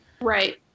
right